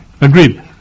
Agreed